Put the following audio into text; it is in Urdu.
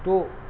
دو